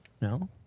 No